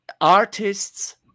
artists